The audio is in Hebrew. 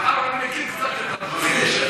מאחר שאני מכיר קצת את הדבר הזה,